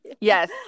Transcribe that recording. yes